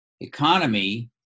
economy